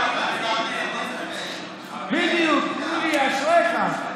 בדיוק, אשריך.